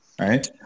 right